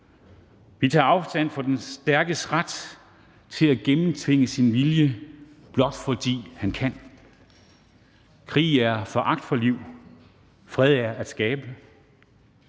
Vi tager afstand fra den stærkes ret til at gennemtvinge sin vilje, blot fordi han kan. »Krig er foragt for liv, fred er at skabe.«